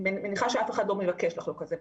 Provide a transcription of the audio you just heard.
אני מניחה שאף אחד לא מבקש לחלוק על זה.